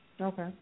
Okay